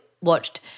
watched